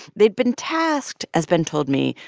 they'd been tasked, as ben told me,